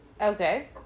Okay